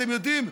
אתם יודעים,